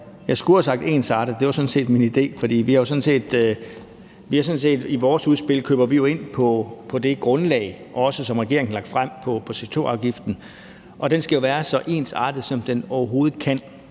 jeg skulle have sagt ensartet. Det var sådan set min idé, for i vores udspil køber vi jo ind på det grundlag, som regeringen også har lagt frem, i forhold til CO2-afgiften, og den skal jo være så ensartet, som den overhovedet kan.